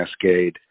cascade